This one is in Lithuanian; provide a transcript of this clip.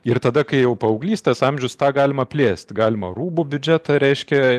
ir tada kai jau paauglystės amžius tą galima plėsti galima rūbų biudžetą reiškia